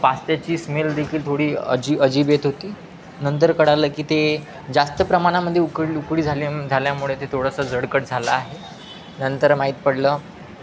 पास्त्याची smell देखील थोडी अजी अजीब येत होती नंतर कळालं की ते जास्त प्रमाणामध्ये उकळी उकळी झाल्या झाल्यामुळे ते थोडंसं जळकट झाला आहे नंतर माहीत पडलं